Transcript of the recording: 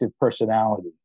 personality